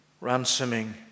ransoming